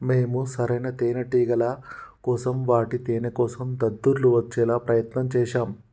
మేము సరైన తేనేటిగల కోసం వాటి తేనేకోసం దద్దుర్లు వచ్చేలా ప్రయత్నం చేశాం